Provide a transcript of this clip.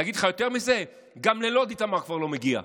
להגיד לך יותר מזה, גם ללוד איתמר כבר לא מגיע.